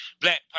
Black